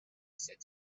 said